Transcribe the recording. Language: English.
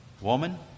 woman